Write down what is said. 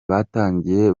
batangiye